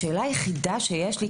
השאלה היחידה שיש לי,